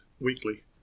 weekly